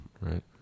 right